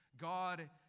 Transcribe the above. God